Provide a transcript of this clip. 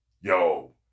yo